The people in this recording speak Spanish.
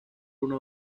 una